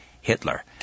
Hitler